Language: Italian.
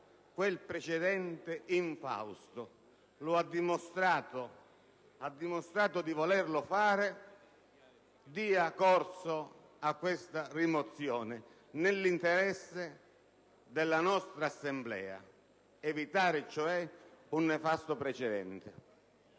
quel precedente infausto. Ha dimostrato di volerlo fare; dia corso a questa rimozione nell'interesse della nostra Assemblea; eviti cioè un nefasto precedente.